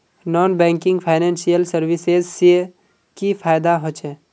Non banking financial services से की फायदा होचे?